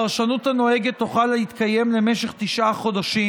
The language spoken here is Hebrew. הפרשנות הנוהגת תוכל להתקיים למשך תשעה חודשים,